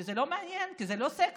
כי זה לא מעניין, כי זה לא סקסי,